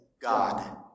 God